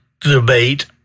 debate